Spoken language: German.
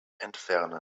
entfernen